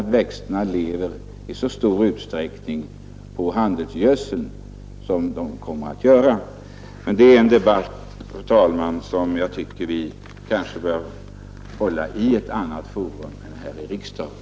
Men detta är en debatt som jag tycker att vi kanske bör hålla inför ett annat forum än här i riksdagen.